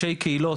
בעניין,